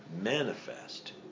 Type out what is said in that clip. manifest